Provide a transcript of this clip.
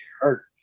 hurt